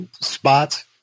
spots